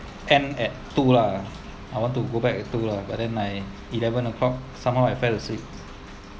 end at two lah I want to go back at two lah but then like eleven o'clock somehow I fell asleep